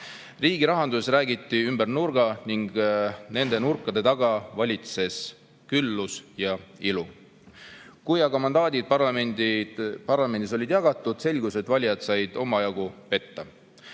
Riigi rahandusest räägiti ümber nurga ning nende nurkade taga valitses küllus ja ilu. Kui aga mandaadid parlamendis olid jagatud, selgus, et valijad said omajagu petta.